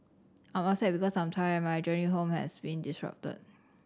I'm upset because I'm tired and my journey home has been disrupted